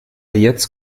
jetzt